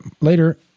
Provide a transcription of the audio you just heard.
later